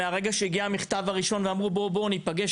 מהרגע שהגיע המכתב ברגע הראשון ואמרו: בואו ניפגש,